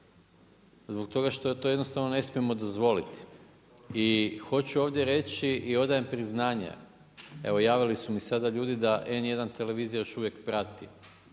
zbog toga što to ne smijemo dozvoliti. I hoću ovdje reći i odajem priznanje, evo javili su mi sada ljudi da N1 televizija još uvijek prati